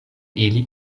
ili